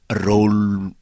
role